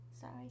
Sorry